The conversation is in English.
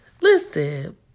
Listen